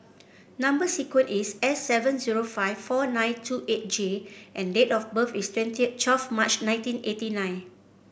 number sequence is S seven zero five four nine two eight J and date of birth is twenty March nineteen eighty nine